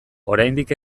oraindik